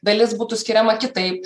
dalis būtų skiriama kitaip